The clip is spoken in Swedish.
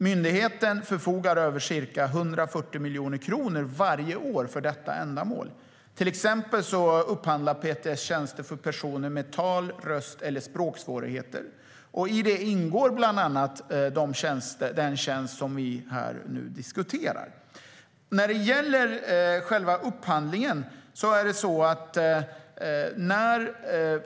Myndigheten förfogar över ca 140 miljoner kronor varje år för detta ändamål. Till exempel upphandlar PTS tjänster för personer med tal, röst eller språksvårigheter. I det ingår bland annat den tjänst som vi diskuterar här och nu.